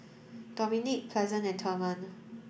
Dominick Pleasant and Thurman